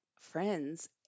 friends